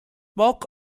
marc